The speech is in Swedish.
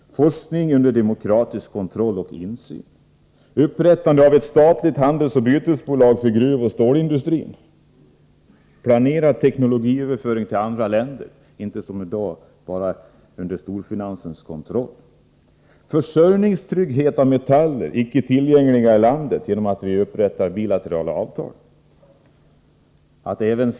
Forskning under demokratisk kontroll och insyn. Upprättande av ett statligt handelsoch bytesbolag för gruvoch stålindustri. Planerad teknologiöverföring till andra länder, inte som i dag bara under storfinansens kontroll. Försörjningstrygghet genom upprättande av bilaterala avtal beträffande metaller som i dag inte är tillgängliga i landet.